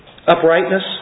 uprightness